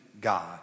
God